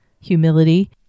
humility